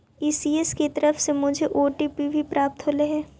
ECS की तरफ से मुझे ओ.टी.पी भी प्राप्त होलई हे